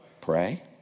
pray